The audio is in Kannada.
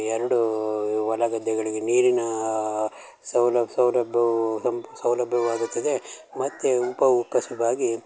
ಎರಡೂ ಹೊಲ ಗದ್ದೆಗಳಿಗೆ ನೀರಿನ ಸೌಲಬ್ ಸೌಲಭ್ಯವು ಸಂಪ್ ಸೌಲಭ್ಯವಾಗುತ್ತದೆ ಮತ್ತು ಉಪಕಸುಬಾಗಿ